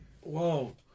whoa